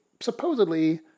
supposedly